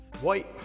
White